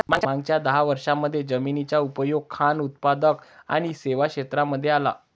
मागच्या दहा वर्षांमध्ये जमिनीचा उपयोग खान उत्पादक आणि सेवा क्षेत्रांमध्ये आला